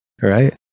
right